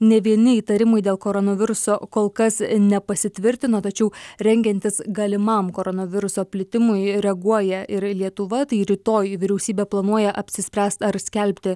nė vieni įtarimai dėl koronaviruso kol kas nepasitvirtino tačiau rengiantis galimam koronaviruso plitimui reaguoja ir lietuva tai rytoj vyriausybė planuoja apsispręst ar skelbti